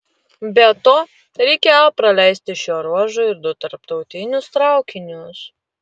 be to reikėjo praleisti šiuo ruožu ir du tarptautinius traukinius